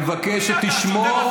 אני מבקש שתשמור,